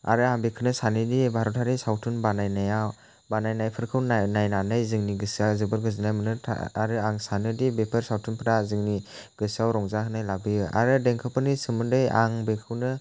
आरो आं बेखौनो सानोदि भारतारि सावथुन बानायनाया बानायनायफोरखौ नायनानै जोंनि गोसोआ जोबोर गोजोननाय मोनो आरो आं सानोदि बेफोर सावथुनफोरा जोंनि गोसोआव रंजाहोनाय लाबोयो आरो देंखोफोरनि सोमोन्दै आं बेखौनो